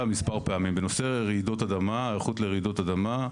מספר פעמים בנושא היערכות לרעידות אדמה.